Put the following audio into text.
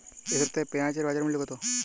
এ সপ্তাহে পেঁয়াজের বাজার মূল্য কত?